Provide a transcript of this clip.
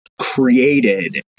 created